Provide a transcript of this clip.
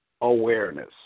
awareness